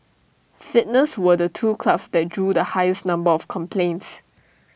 fitness were the two clubs that drew the highest number of complaints